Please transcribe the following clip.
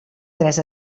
tres